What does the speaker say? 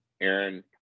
Aaron